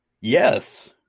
yes